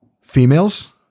Females